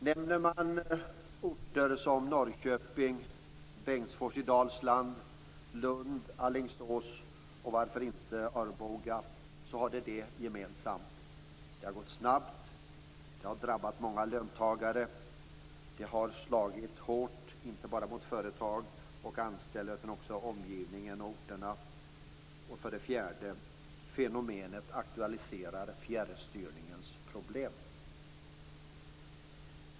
Nämner man orter som Norrköping, Bengtsfors i Dalsland, Lund, Alingsås och varför inte Arboga, kan man notera att de har det gemensamt att det har gått snabbt. Det har drabbat många löntagare. Det har slagit hårt, inte bara mot företag och anställda, utan också mot omgivande orter. Dessutom aktualiserar fenomenet fjärrstyrningens problem.